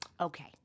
Okay